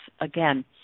Again